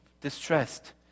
distressed